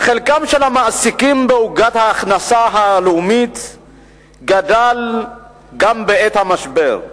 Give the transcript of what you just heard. חלקם של המעסיקים בעוגת ההכנסה הלאומית גדל גם בעת המשבר,